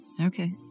Okay